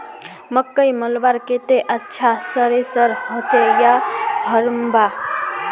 मकई मलवार केते अच्छा थरेसर होचे या हरम्बा?